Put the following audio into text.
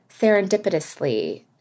serendipitously